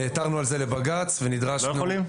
נעתרנו על זה לבג"צ --- אתם לא יכולים?